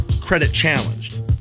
credit-challenged